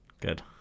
Good